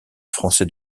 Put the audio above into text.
français